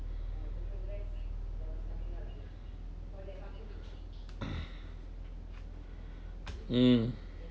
mm